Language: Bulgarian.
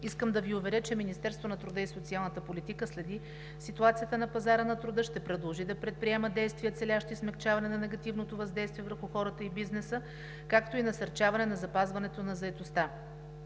Искам да Ви уверя, че Министерството на труда и социалната политика следи ситуацията на пазара на труда, ще продължи да предприема действия, целящи смекчаване на негативното въздействие върху хората и бизнеса, както и насърчаване на запазването на заетостта.